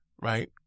Right